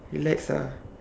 relax ah